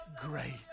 great